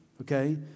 okay